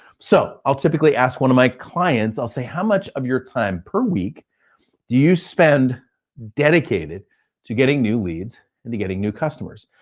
so, i'll typically ask one of my clients, i'll say, how much of your time per week do you spend dedicated to getting new leads and to getting new customers?